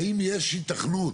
האם יש היתכנות